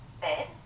bed